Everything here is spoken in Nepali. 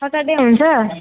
सटर्डे हुन्छ